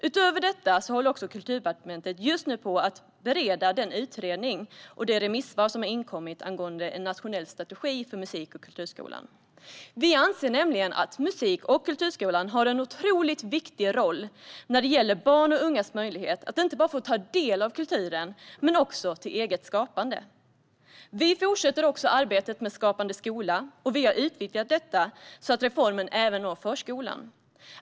Utöver detta håller Kulturdepartementet just nu på att bereda den utredning och de remissvar som har inkommit angående en nationell strategi för musik och kulturskolan. Vi anser nämligen att musik och kulturskolan har en otroligt viktig roll när det gäller barns och ungas möjlighet att inte bara få ta del av kulturen utan också ägna sig åt eget skapande. Vi fortsätter också arbetet med Skapande skola, och vi har utnyttjat detta så att reformen även når förskolan.